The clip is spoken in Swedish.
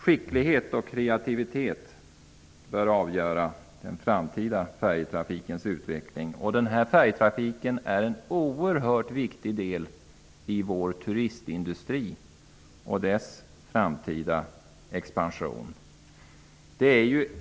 Skicklighet och kreativitet bör avgöra den framtida färjetrafikens utveckling. Gotlands färjetrafik är en oerhört viktig del i turistindustrin och dess framtida expansion.